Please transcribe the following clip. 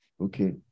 okay